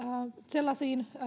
sellaisiin